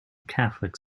catholic